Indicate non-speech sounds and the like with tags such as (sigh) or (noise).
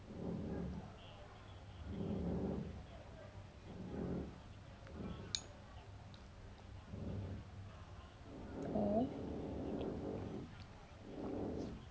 (noise)